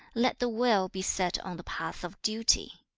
let the will be set on the path of duty.